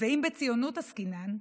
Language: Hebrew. ואם בציונות עסקינן,